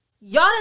Y'all